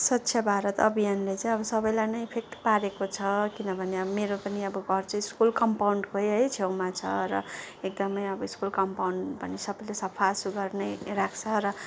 स्वच्छ भारत अभियानले चाहिँ अब सबैलाई नै इफेक्ट पारेको छ किनभने अब मेरो पनि घर चाहिँ स्कुल कम्पाउन्डको है छेउमा छ र एकदमै स्कुल कम्पाउन्ड पनि सबले सफासुग्घर नै राख्छ र